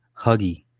Huggy